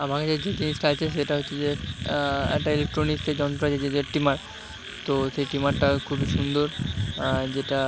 জিনিসটা আছে সেটা হচ্ছে যে একটা ইলেক্ট্রনিক ট্রিমার তো সেই ট্রিমারটা খুবই সুন্দর যেটা